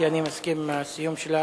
כי אני מסכים עם הסיום שלך.